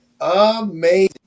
amazing